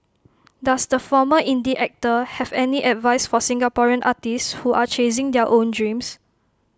does the former indie actor have any advice for Singaporean artists who are chasing their own dreams